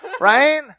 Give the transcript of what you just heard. Right